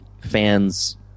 fans